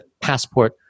passport